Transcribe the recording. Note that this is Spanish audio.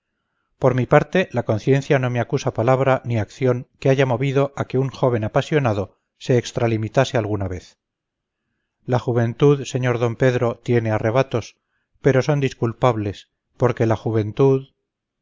por mi parte la conciencia no me acusa palabra ni acción que haya dado motivo a que un joven apasionado se extralimitase alguna vez la juventud sr d pedro tiene arrebatos pero son disculpables porque la juventud